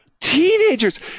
teenagers